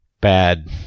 bad